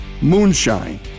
moonshine